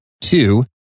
two